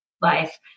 life